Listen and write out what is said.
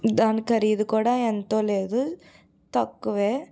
దాని ఖరీదు కూడా ఎంతో లేదు తక్కువే